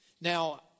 Now